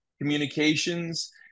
communications